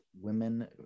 women